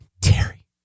Terry